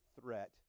threat